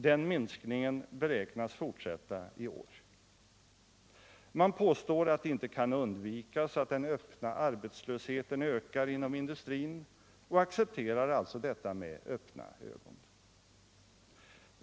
Den minskningen beräknas fortsätta i år. Man påstår att det inte kan undvikas att den öppna arbetslösheten ökar inom industrin och accepterar alltså detta med öppna ögon.